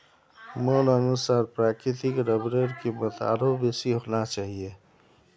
मोर अनुसार प्राकृतिक रबरेर कीमत आरोह बेसी होना चाहिए